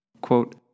Quote